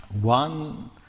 One